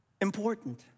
important